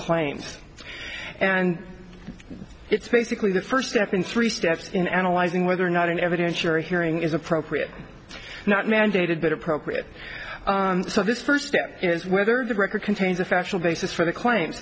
claims and it's basically the first step in three steps in analyzing whether or not an evidentiary hearing is appropriate or not mandated but appropriate so this first step is whether the record contains a factual basis for the claims